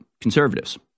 conservatives